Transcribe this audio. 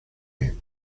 you